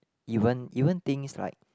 even even things like